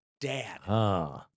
dad